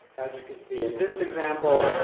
as you can see in this example.